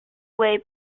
way